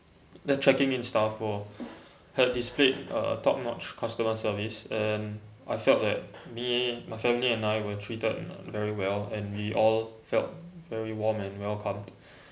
the checking in staff for has displayed uh top notch customer service and I felt that me my family and I were treated very well and we all felt very warm and welcomed